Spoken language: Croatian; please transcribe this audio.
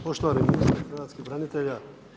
Poštovani ministre hrvatskih branitelja.